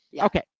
Okay